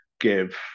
give